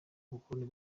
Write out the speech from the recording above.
bukoloni